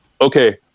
okay